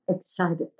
excited